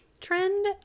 trend